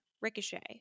Ricochet